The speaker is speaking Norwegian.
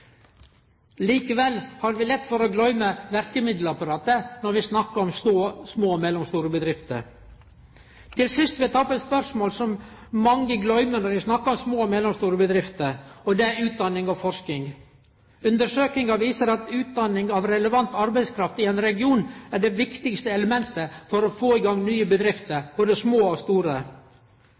Likevel har vi lett for å gløyme verkemiddelapparatet når vi snakkar om små og mellomstore bedrifter. Til sist vil eg ta opp eit spørsmål som mange gløymer når dei snakkar om små og mellomstore bedrifter, og det er utdanning og forsking. Undersøkingar viser at utdanning av relevant arbeidskraft i ein region er det viktigaste elementet for å få i gang nye bedrifter, både små og store.